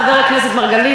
חבר הכנסת מרגלית,